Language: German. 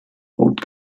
rot